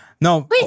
No